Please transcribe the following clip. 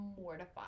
mortified